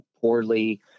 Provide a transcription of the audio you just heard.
poorly